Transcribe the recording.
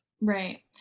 Right